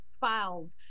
filed